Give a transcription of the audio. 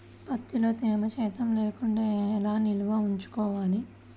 ప్రత్తిలో తేమ శాతం లేకుండా ఎలా నిల్వ ఉంచుకోవాలి?